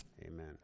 Amen